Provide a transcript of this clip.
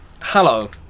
hello